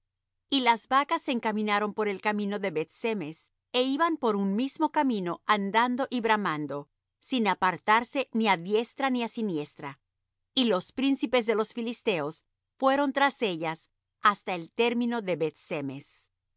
y las vacas se encaminaron por el camino de beth-semes é iban por un mismo camino andando y bramando sin apartarse ni á diestra ni á siniestra y los príncipes de los filisteos fueron tras ellas hasta el término de